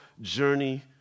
journey